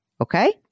okay